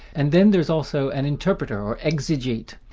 and then there's also an interpreter, or exegete,